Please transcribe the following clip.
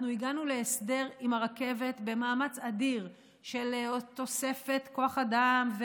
אנחנו הגענו להסדר עם הרכבת במאמץ אדיר של עוד תוספת כוח אדם,